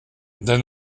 d’un